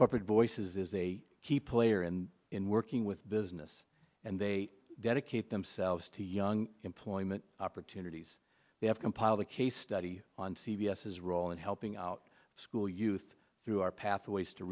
corporate voices is a key player and in working with business and they dedicate themselves to young employment opportunities they have compiled a case study on c v s is role in helping out school youth through our path